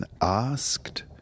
asked